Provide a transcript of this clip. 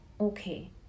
okay